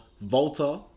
Volta